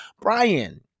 Brian